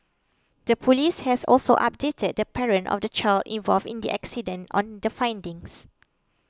the police has also updated the parent of the child involved in the accident on the findings